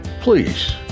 Please